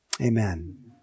amen